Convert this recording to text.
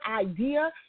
idea